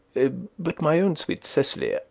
but, my own sweet cecily,